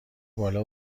بالای